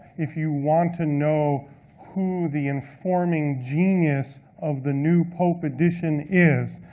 if you want to know who the informing genius of the new pope edition is,